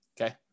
okay